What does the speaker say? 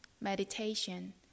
meditation